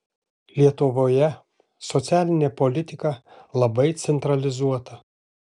lietuvoje socialinė politika labai centralizuota